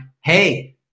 Hey